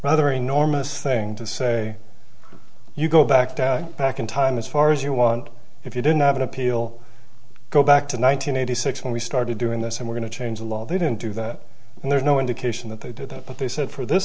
rather enormous thing to say you go back to back in time as far as you want if you didn't have an appeal go back to one thousand nine hundred six when we started doing this and we're going to change the law they didn't do that and there's no indication that they did that but they said for this